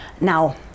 now